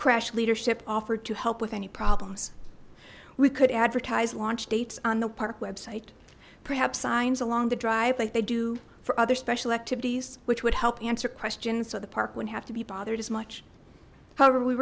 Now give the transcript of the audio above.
crash leadership offered to help with any problems we could advertise launch dates on the park website perhaps signs along the drive like they do for other special activities which would help answer questions so the park wouldn't have to be bothered as much however we